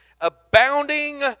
abounding